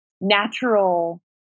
natural